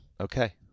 okay